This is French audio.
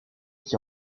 qui